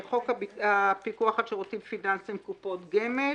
חוק הפיקוח על שירותים פיננסיים (קופות גמל),